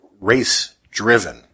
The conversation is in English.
race-driven